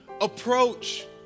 approach